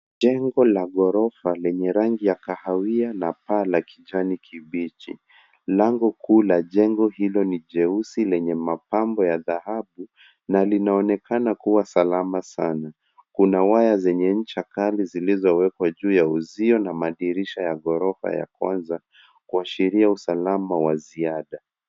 Jengo la ghorofa lenye rangi ya kahawia na paa la kijani kibichi. Lango kuu la jengo hilo ni jeusi lenye mapambo ya dhahabu na linaonekana kuwa salama sana. Kuna waya zenye ncha kali zilizowekwa juu ya uzio na madirisha ya ghorofa ya kwanza kuashiria usalama wa ziada.